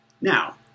Now